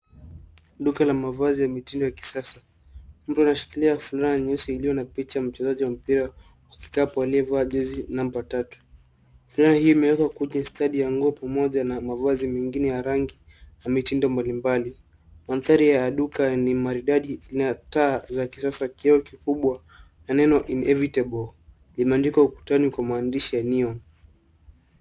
Duka la mavasi ya mitindo ya kisasa, mtu anashikilia fulana nyeusi ilio na picha ya mchezaji wa mpira ya kikapu aliovaa jezi namba tatu. Mpira hii imewekwa kwenye standi ya nguo pomaja na mavasi mengine ya rangi na mitindo mbali mbali. Maandari ya duka ni maridadi na taa za kisasa, kio kikubwa na neno Inevitable imeandikwa ukutani kwa maandikwa maandishi ya neon .